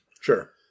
Sure